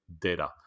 data